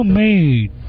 made